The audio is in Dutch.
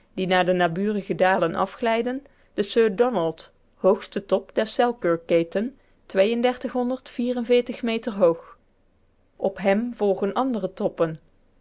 die naar de naburige dalen afglijden de sir donald hoogste top der selkirkketen meter hoog hem volgen andere toppen